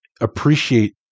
appreciate